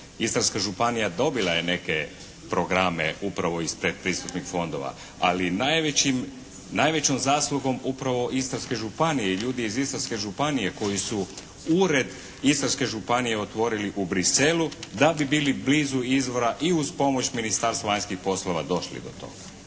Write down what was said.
Istarska županija dobila je neke programe upravo iz predpristupnih fondova ali najvećom zaslugom upravo Istarske županije, ljudi iz Istarske županije koji su ured Istarske županije otvorili u Bruxellesu da bi bili blizu izvora i uz pomoć Ministarstva vanjskih poslova došli do toga.